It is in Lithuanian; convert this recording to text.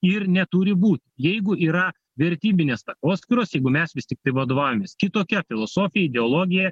ir neturi būt jeigu yra vertybinės takoskyros jeigu mes vis tiktai vadovaujamės kitokia filosofija ideologija